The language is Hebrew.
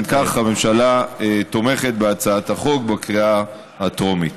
אם כך, הממשלה תומכת בהצעת החוק בקריאה הטרומית.